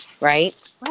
right